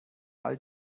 all